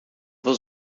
was